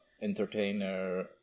entertainer